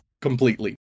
completely